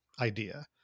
idea